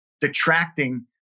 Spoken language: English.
detracting